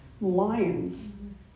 lions